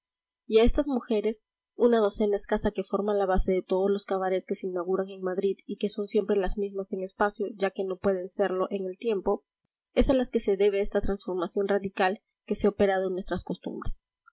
a estas mujeres una docena escasa que forman la base de todos los cabarets que se inauguran en madrid y que son siempre las mismas en el espacio ya que no puedan serlo en el tiempo es a las que se debe esta transformación radical que se ha operado en nuestras costumbres